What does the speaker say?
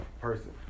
person